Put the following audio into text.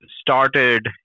started